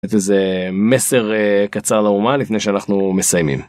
איזה מסר קצר לאומה לפני שאנחנו מסיימים.